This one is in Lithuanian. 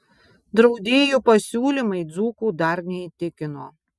draudėjų pasiūlymai dzūkų dar neįtikino